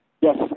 Yes